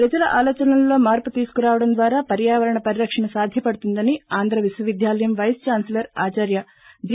ప్రజల ఆలోచనల్లో మార్పు తీసుకు రావడం ద్వారా పర్యావరణ పరిరక్షణ సాధ్యపడుతుందని ఆంధ్ర విశ్వ విద్యాలయం వైస్ ఛాన్సలర్ ఆచార్య జి